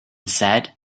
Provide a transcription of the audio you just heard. said